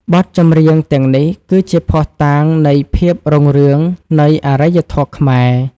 បទចម្រៀងទាំងនេះគឺជាភស្តុតាងនៃភាពរុងរឿងនៃអរិយធម៌ខ្មែរ។